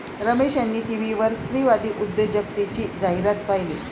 रमेश यांनी टीव्हीवर स्त्रीवादी उद्योजकतेची जाहिरात पाहिली